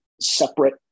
separate